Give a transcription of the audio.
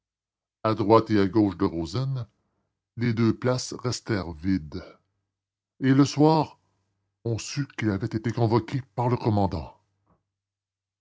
à droite et à gauche de rozaine les deux places restèrent vides et le soir on sut qu'il avait été convoqué par le commandant